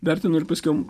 vertinu ir paskiau